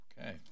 Okay